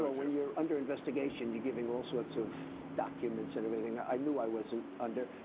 ah when you're under investigation you're giving all sorts of document and everything. i knew i wasn't under.